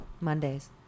Mondays